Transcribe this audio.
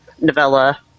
novella